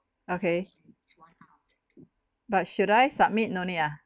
okay but should I submit no need ah